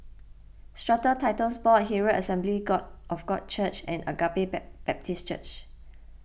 Strata Titles Board Herald Assembly God of God Church and Agape Baptist Church